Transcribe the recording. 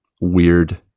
weird